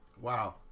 Wow